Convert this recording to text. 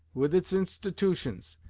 with its institutions,